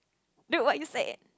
look what you said